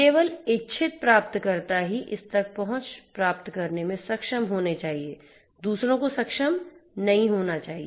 केवल इच्छित प्राप्तकर्ता ही इस तक पहुँच प्राप्त करने में सक्षम होना चाहिए दूसरों को सक्षम नहीं होना चाहिए